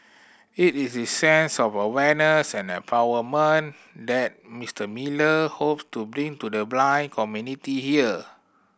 it is sense of awareness and empowerment that Mister Miller hopes to bring to the blind community here